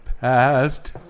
past